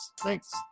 Thanks